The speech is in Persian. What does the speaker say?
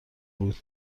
بود